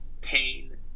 pain